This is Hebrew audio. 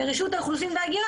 ורשות האוכלוסין וההגירה